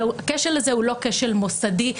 הכשל הזה הוא לא כשל מוסדי,